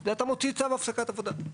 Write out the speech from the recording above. זה שאתה מוציא צו הפסקת עבודה,